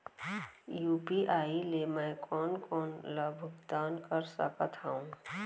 UPI ले मैं कोन कोन ला भुगतान कर सकत हओं?